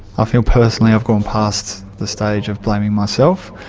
feel personally i've gone past the stage of blaming myself,